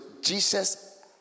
Jesus